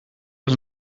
was